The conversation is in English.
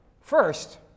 First